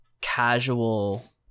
casual